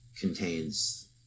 contains